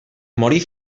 morir